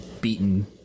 beaten